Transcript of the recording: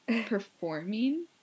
performing